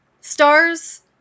stars